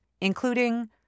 including